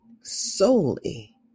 solely